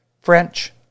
French